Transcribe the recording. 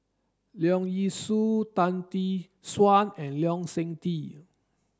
Leong Yee Soo Tan Tee Suan and Lee Seng Tee